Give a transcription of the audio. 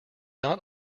not